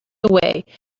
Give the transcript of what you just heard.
away